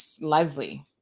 Leslie